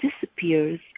disappears